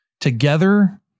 Together